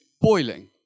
boiling